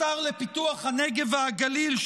השר לפיתוח הנגב והגליל,